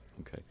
Okay